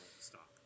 stop